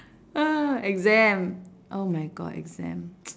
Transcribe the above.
ah exam oh my god exam